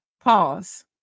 Pause